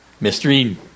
Mystery